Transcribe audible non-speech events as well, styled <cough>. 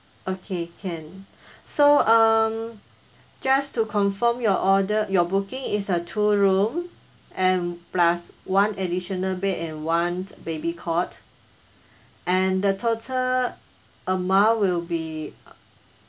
okay can <breath> so um just to confirm your order your booking is a two room and plus one additional bed and one baby cot and the total amount will be <noise>